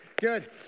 good